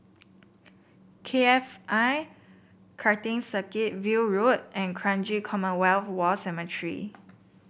K F I Karting Circuit View Road and Kranji Commonwealth War Cemetery